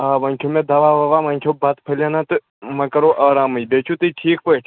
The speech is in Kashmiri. آ وۄنۍ کیھوٚو مےٚ دوا وَوا وۄنۍ کھیوٚو بَتہٕ پھٔلۍ ہٲنَہ تہٕ وۄنۍ کَرو آرامٕے بیٚیہِ چھُو تُہۍ ٹھیٖک پٲٹھۍ